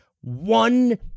one